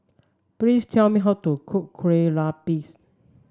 please tell me how to cook Kueh Lopes